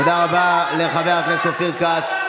תודה רבה לחבר הכנסת אופיר כץ,